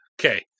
Okay